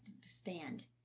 Stand